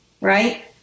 right